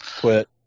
quit